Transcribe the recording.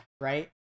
right